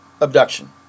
abduction